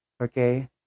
okay